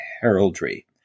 heraldry